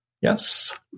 Yes